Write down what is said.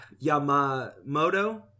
Yamamoto